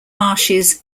marshes